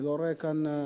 אני לא רואה כאן,